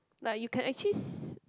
like you can actually see